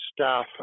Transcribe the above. staff